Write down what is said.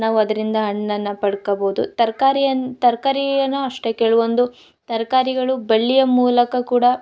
ನಾವು ಅದ್ರಿಂದ ಹಣ್ಣನ್ನು ಪಡ್ಕೊಬೋದು ತರಕಾರಿ ತರಕಾರಿ ಏನೋ ಅಷ್ಟೇ ಕೆಲವೊಂದು ತರಕಾರಿಗಳು ಬಳ್ಳಿಯ ಮೂಲಕ ಕೂಡ